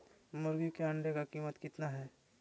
मुर्गी के अंडे का कीमत कितना है?